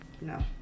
No